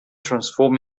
transform